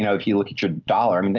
and if you look at your dollar, and